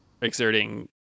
exerting